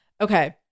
okay